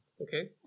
Okay